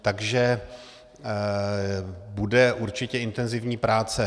Takže budou určitě intenzivní práce.